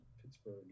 Pittsburgh